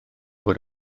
bod